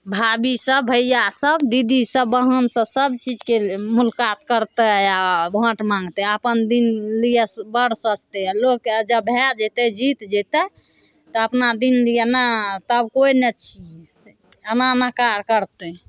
भाभी सब भैया सब दीदी सब बहन सब सबचीजके मुलकात करतै आ भोट माँगतै अपन दिन लिए बड सोचतै लोकके जब भए जेतै जीत जेतै तऽ अपना दिन दिया नहि तब कोइ नहि छियै एना नकार करतै